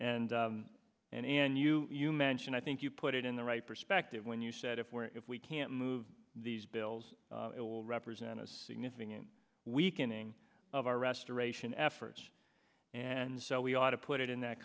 and and and you you mentioned i think you put it in the right perspective when you said if we're if we can't move these bills it will represent a significant weakening of our restoration efforts and so we ought to put it in that